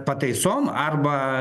pataisom arba